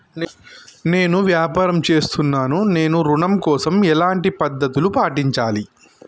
నేను వ్యాపారం చేస్తున్నాను నేను ఋణం కోసం ఎలాంటి పద్దతులు పాటించాలి?